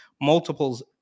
multiples